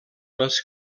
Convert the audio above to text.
les